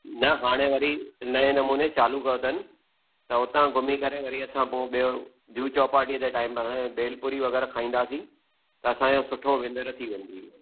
न हाणे वरी नएं नमूने चालू कयो अथन त उतां घुमी करे वरी असां पोइ ॿियो जूहू चौपाटीअ जे टाइम ते भेलपूड़ी वग़ैरह खाईंदासीं त असां जो सुठो विन्दुर थी वेंदी